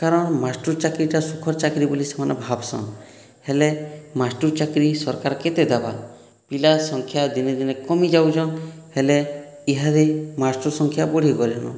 କାରଣ ମାଷ୍ଟର ଚାକିରିଟା ସୁଖର ଚାକିରି ବୋଲି ସେମାନେ ଭାବସନ୍ ହେଲେ ମାଷ୍ଟର ଚାକିରି ସରକାର କେତେ ଦେବା ପିଲା ସଂଖ୍ୟା ଦିନେ ଦିନେ କମି ଯାଉଛନ୍ ହେଲେ ଇହାଦେ ମାଷ୍ଟର ସଂଖ୍ୟା ବଢ଼ି ଗଲେନ